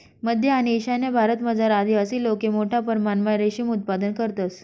मध्य आणि ईशान्य भारतमझार आदिवासी लोके मोठा परमणमा रेशीम उत्पादन करतंस